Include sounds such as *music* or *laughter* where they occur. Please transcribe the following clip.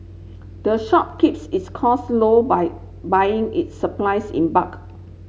*noise* the shop keeps its cost low by buying its supplies in bulk